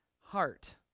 heart